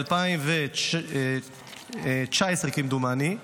מ-2019, כמדומני.